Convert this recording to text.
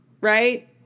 right